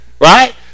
right